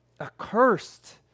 accursed